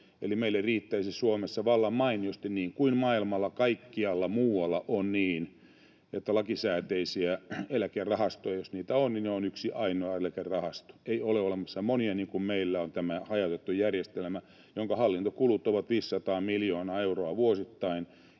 Meille riittäisi Suomessa vallan mainiosti, niin kuin maailmalla kaikkialla muualla on, että jos lakisääteisiä eläkerahastoja on, ne ovat yksi ainoa eläkerahasto. Eli ei ole olemassa monia, niin kuin meillä on tämä hajautettu järjestelmä, jonka hallintokulut ovat 500 miljoonaa euroa vuosittain,